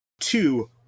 Two